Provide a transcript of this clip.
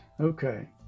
okay